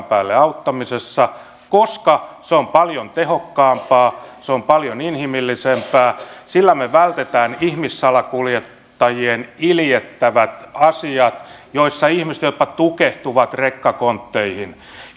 päällä auttamiseen koska se on paljon tehokkaampaa se on paljon inhimillisempää ja sillä me vältämme ihmissalakuljettajien iljettävät asiat joissa ihmiset jopa tukehtuvat rekkakontteihin